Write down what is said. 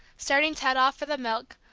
starting ted off for the milk,